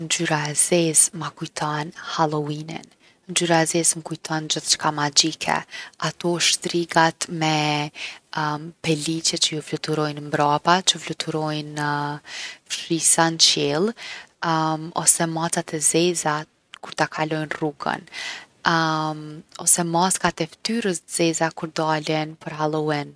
Ngjyra e zezë ma kujton Halloween-in. Ngjyra e zezë m’kujton gjithçka magjike. Ato shtrigat me peliç që ju fluturojnë mbrapa që fluturojnë në fshisa në qiell, ose macat e zeza kur ta kalojnë rrugën. ose maskat e ftyrës t’zeza kur dalin per Halloween.